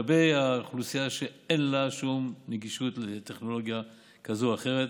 לגבי האוכלוסייה שאין לה שום נגישות לטכנולוגיה כזו או אחרת,